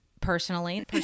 personally